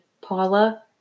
Paula